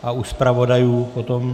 A u zpravodajů potom?